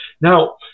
Now